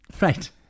Right